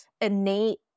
innate